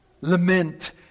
Lament